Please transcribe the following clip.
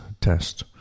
test